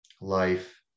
life